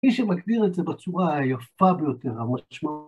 ‫מי שמגדיר את זה בצורה ‫היפה ביותר, המשמעותית...